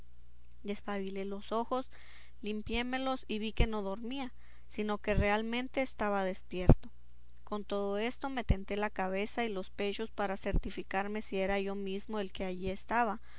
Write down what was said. despabilé los ojos limpiémelos y vi que no dormía sino que realmente estaba despierto con todo esto me tenté la cabeza y los pechos por certificarme si era yo mismo el que allí estaba